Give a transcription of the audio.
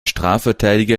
strafverteidiger